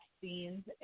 scenes